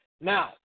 Now